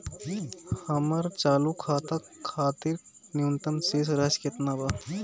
हमर चालू खाता खातिर न्यूनतम शेष राशि केतना बा?